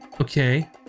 okay